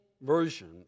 version